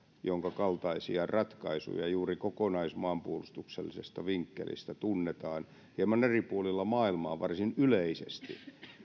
jonka kaltaisia ratkaisuja juuri kokonaismaanpuolustuksellisesta vinkkelistä tunnetaan hieman eri puolilla maailmaa varsin yleisesti